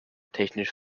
technisch